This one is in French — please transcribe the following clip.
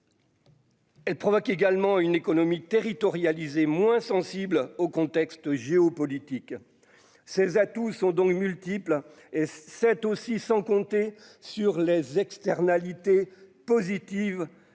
Elle provoque également une économie territorialisée moins sensible au contexte géopolitique. Ses atouts sont donc multiples, et c'est aussi sans compter sur les externalités positives que